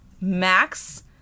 max